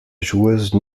joueuses